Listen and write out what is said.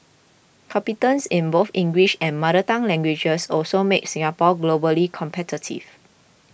competence in both English and mother tongue languages also makes Singapore globally competitive